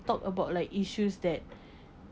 talk about like issues that